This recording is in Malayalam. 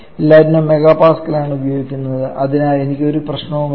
എല്ലാത്തിനും MPa ആണ് ഉപയോഗിക്കുന്നത് അതിനാൽ എനിക്ക് ഒരു പ്രശ്നവുമില്ല